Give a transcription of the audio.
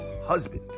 husband